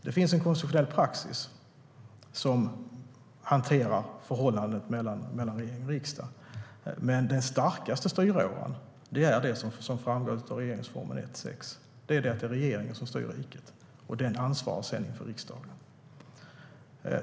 Det finns en konstitutionell praxis som hanterar förhållandet mellan regering och riksdag. Men den starkaste styråran är det som framgår av regeringsformens 1 kap. 6 §: Regeringen styr riket, och den är sedan ansvarig inför riksdagen.